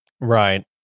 right